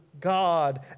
God